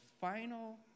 final